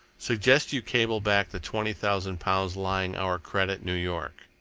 suggest you cable back the twenty thousand pounds lying our credit new york.